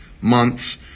months